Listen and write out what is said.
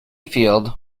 field